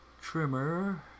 Trimmer